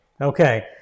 Okay